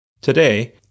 Today